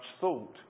thought